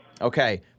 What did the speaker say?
Okay